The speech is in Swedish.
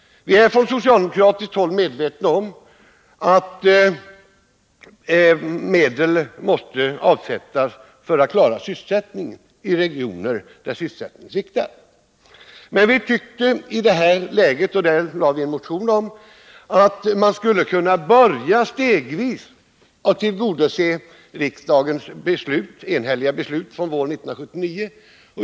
Vi är från socialdemokratiskt håll medvetna om att medel måste avsättas för att klara sysselsättningen i regioner där den sviktar. Men vi tyckte i det här läget — och det lade vi fram en motion om — att man skulle kunna börja stegvis med att tillgodose riksdagens enhälliga beslut från våren 1979.